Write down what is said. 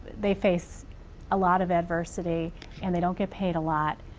they face a lot of adversity and they don't get paid a lot.